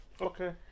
Okay